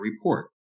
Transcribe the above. report